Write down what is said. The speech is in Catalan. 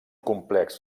complex